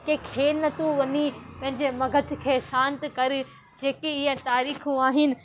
की खेनि तूं वञी पंहिंजे मग़ज़ खे शांत कर जेकी इहा तारीख़ूं आहिनि